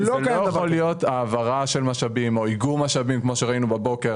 זאת לא יכולה להיות העברה של משאבים או איגום משאבים כמו שראינו בבוקר,